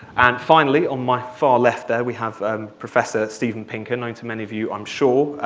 and finally, on my far left there, we have ah professor steven pinker, known to many of you, i'm sure.